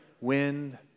Wind